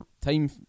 time